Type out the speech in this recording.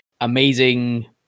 amazing